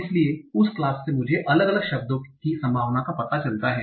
इसलिए उस क्लास से मुझे अलग अलग शब्दों की संभावना का पता चलता है